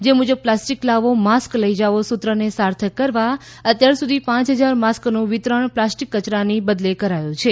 જે મુજબ પ્લાસ્ટિક લાવો માસ્ક લઈ જાઓ સૂત્રને સાર્થક કરવા અત્યાર સુધી પાંચ હજાર માસ્કનું વિતરણ પ્લાસ્ટિક કચરાની બદલે કરાયું છે